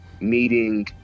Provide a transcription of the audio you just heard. meeting